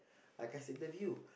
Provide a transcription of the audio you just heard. I can't say the view